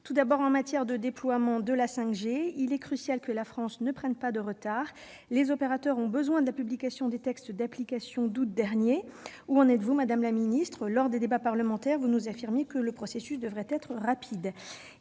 rapides. En matière de déploiement de la 5G, il est crucial que la France ne prenne pas de retard. Les opérateurs ont besoin de la publication des textes d'application d'août dernier. Où en êtes-vous, madame la secrétaire d'État ? Lors des débats parlementaires, vous nous affirmiez que le processus devrait être rapide.